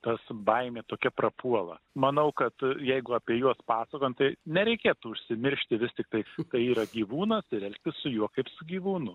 tas baimė tokia prapuola manau kad jeigu apie juos pasakojam tai nereikėtų užsimiršti vis tiktai tai yra gyvūnas ir elgtis su juo kaip su gyvūnu